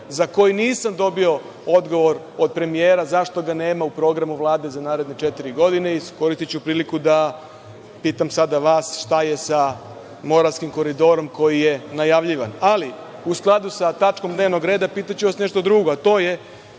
za koji nisam dobio odgovor od premijera zašto ga nema u programu Vlade za naredne četiri godine. Iskoristiću priliku da pitam sada vas - šta je sa moravskim koridorom, koji je najavljivan? Ali, u skladu sa tačkom dnevnog reda, pitaću vas nešto drugo, a to je,